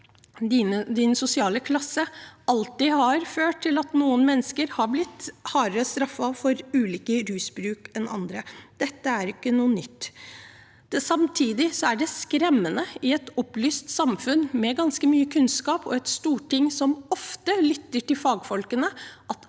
at sosial klasse har ført til at noen mennesker er blitt hardere straffet enn andre for lik rusbruk. Dette er ikke noe nytt. Samtidig er det skremmende, i et opplyst samfunn med ganske mye kunnskap og et storting som ofte lytter til fagfolkene, at